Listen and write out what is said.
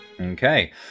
okay